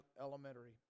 Elementary